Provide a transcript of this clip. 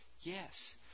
Yes